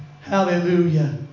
Hallelujah